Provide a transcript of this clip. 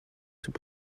sous